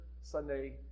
Sunday